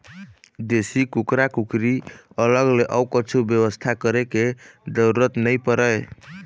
देसी कुकरा कुकरी अलग ले अउ कछु बेवस्था करे के जरूरत नइ परय